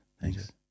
Thanks